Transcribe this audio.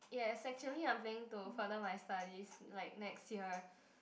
yes actually I'm planning to further my studies like next year